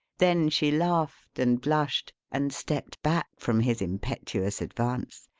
then she laughed, and blushed and stepped back from his impetuous advance.